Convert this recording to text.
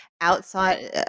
outside